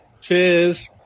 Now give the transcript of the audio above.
Cheers